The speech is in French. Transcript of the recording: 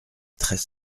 très